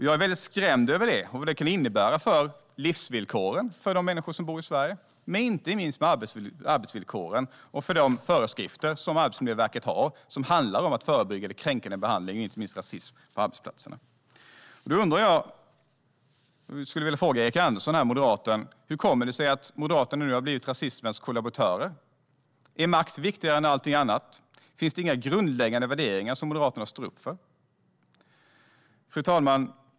Jag är mycket skrämd av det och vad det kan innebära för livsvillkoren för de människor som bor i Sverige och för arbetsvillkoren och de föreskrifter som Arbetsmiljöverket har och som handlar om att förebygga kränkande behandling, inte minst rasism, på arbetsplatserna. Jag skulle vilja fråga moderaten Erik Andersson hur det kommer sig att Moderaterna nu har blivit rasismens kollaboratörer. Är makt viktigare än allt annat? Finns det inga grundläggande värderingar som Moderaterna står upp för? Fru talman!